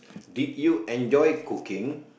did you enjoy cooking